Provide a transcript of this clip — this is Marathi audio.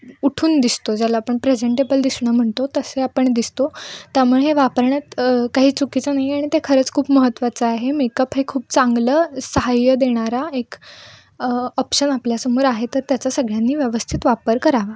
उठून दिसतो ज्याला आपण प्रेझेंटेबल दिसणं म्हणतो तसे आपण दिसतो त्यामुळे हे वापरण्यात काही चुकीचं नाही आणि ते खरंच खूप महत्त्वाचं आहे मेकअप हे खूप चांगलं सहाय्य देणारा एक ऑप्शन आपल्यासमोर आहे तर त्याचा सगळ्यांनी व्यवस्थित वापर करावा